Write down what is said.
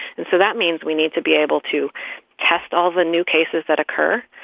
and so that means we need to be able to test all the new cases that occur,